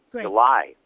July